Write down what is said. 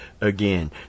again